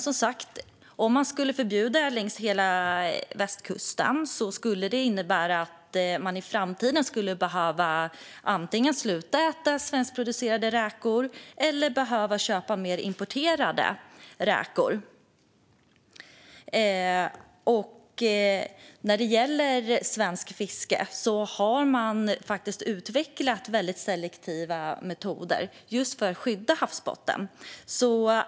Som sagt, om man skulle förbjuda detta längs hela västkusten skulle det innebära att man i framtiden skulle behöva sluta äta svenskproducerade räkor och behöva köpa mer importerade räkor. När det gäller svenskt fiske har man faktiskt utvecklat väldigt selektiva metoder just för att skydda havsbotten.